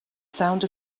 sound